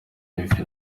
rev